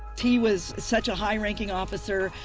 he was such a high ranking officer,